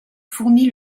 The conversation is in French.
fournit